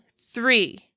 three